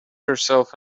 yourself